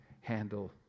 handle